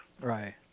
Right